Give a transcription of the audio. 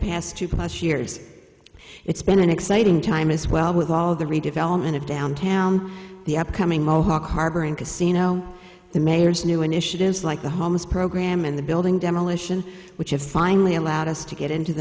past two plus years it's been an exciting time as well with all the redevelopment of downtown the upcoming mohawk harbor and casino the mayor's new initiatives like the homes program and the building demolition which have finally allowed us to get into the